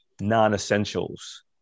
non-essentials